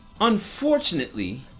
unfortunately